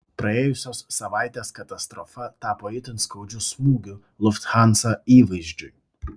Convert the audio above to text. praėjusios savaitės katastrofa tapo itin skaudžiu smūgiu lufthansa įvaizdžiui